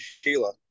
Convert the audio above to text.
Sheila